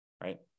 right